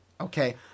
Okay